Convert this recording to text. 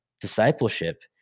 discipleship